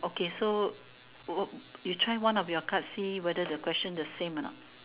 okay so what you try one of your card see whether the question same a not